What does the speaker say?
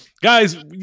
Guys